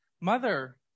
mother